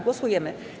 Głosujemy.